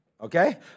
okay